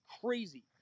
crazy